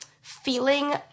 feeling